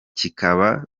kikaba